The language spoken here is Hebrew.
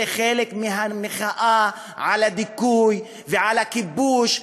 זה חלק מהמחאה על הדיכוי ועל הכיבוש,